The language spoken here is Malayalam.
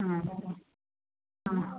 ആ അതേലെ